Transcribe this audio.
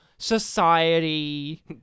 society